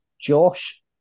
Josh